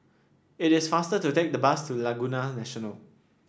it is faster to take the bus to Laguna National